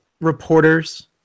reporters